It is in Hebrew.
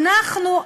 ואנחנו,